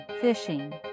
fishing